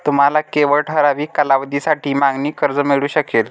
तुम्हाला केवळ ठराविक कालावधीसाठी मागणी कर्ज मिळू शकेल